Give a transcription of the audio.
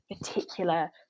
particular